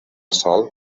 sol